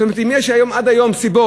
זאת אומרת, אם יש עד היום סיבות